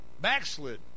backslid